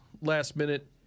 last-minute